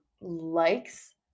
likes